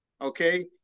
okay